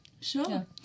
Sure